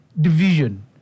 division